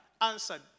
answered